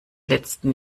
letzten